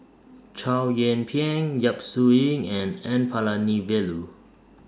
Chow Yian Ping Yap Su Yin and N Palanivelu